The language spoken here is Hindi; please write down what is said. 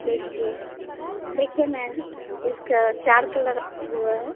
देखिए देखिए मैम इसका चार तो लगा हुआ है